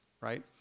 right